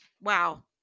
Wow